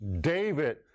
David